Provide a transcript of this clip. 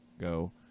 go